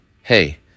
hey